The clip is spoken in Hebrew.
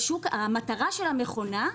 המטרה של המכונה,